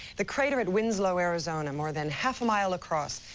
the crater at winslow, arizona more than half a mile across.